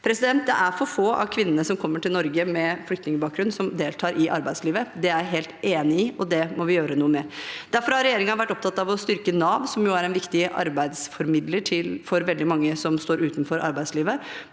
arbeid. Det er for få av kvinnene som kommer til Norge med flyktningbakgrunn, som deltar i arbeidslivet. Det er jeg helt enig i, og det må vi gjøre noe med. Derfor har regjeringen vært opptatt av å styrke Nav, som jo er en viktig arbeidsformidler for veldig mange som står utenfor